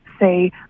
say